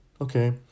Okay